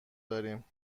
داریم